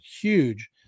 huge